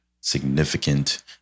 significant